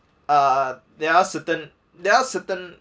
uh there are certain there are certain